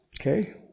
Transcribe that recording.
Okay